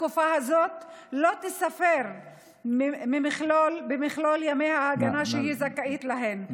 התקופה הזאת לא תיספר במכלול ימי ההגנה שהיא זכאית להם,